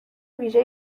ویژه